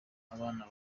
abana